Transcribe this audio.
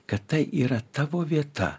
kad tai yra tavo vieta